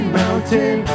mountain